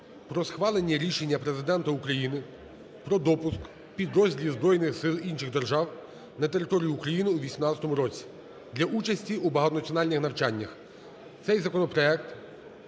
про схвалення рішення Президента України про допуск підрозділів збройних сил інших держав на територію України у 2018 році для участі у багатонаціональних навчаннях. Цей законопроект